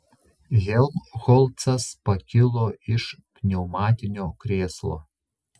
helmholcas pakilo iš pneumatinio krėslo